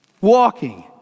Walking